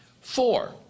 Four